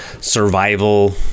survival